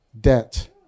debt